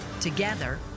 Together